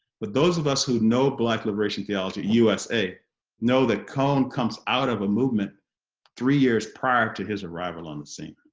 but those of us who know black liberation theology usa know that cone comes out of a movement three years prior to his arrival on the scene,